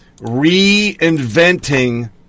reinventing